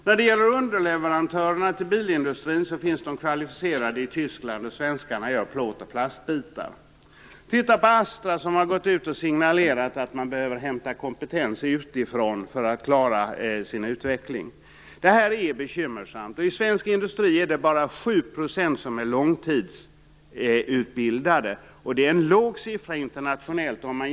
De kvalificerade underleverantörerna till bilindustrin finns i Tyskland, medan svenskarna gör plåt och plastbitar. Se på Astra som har gått ut och signalerat att man behöver hämta kompetens utifrån för att klara sin utveckling. Detta är bekymmersamt. Inom svensk industri är det bara 7 % som är långtidsutbildade. Det är en låg siffra internationellt sett.